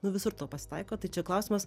nu visur pasitaiko tai čia klausimas